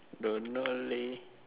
don't know leh